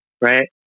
right